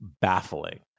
baffling